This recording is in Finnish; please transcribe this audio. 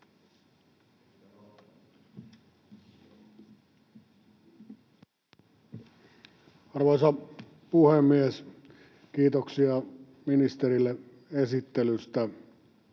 Arvoisa puhemies! Kiitoksia ministerille esittelystä.